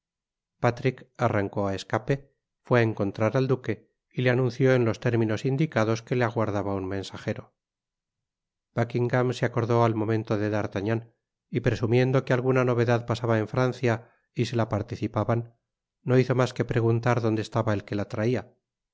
patrik arrancó á escape fué á encontrar al duque y le anunció en los términos indicados que le aguardaba un mensagero buckingam se acordó al momento de d'artagnan y presumiendo que alguna novedad pasaba en francia y se la participaban no hizo mas que preguntar donde estaba el que la traia